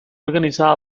organizada